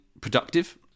productive